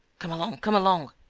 come along, come along!